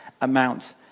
amount